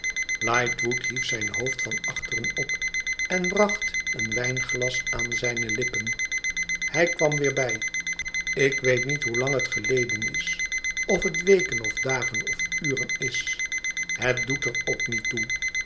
lightwood hief zijn hoofd van achteren op en bracht een wijnglas aan zijne lippen hij kwam weer bij ik weet niet hoelang het geleden is of het weken of dagen of uren is het doet er ook niet toe